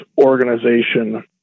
organization